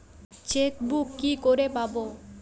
Chequebook কি করে পাবো?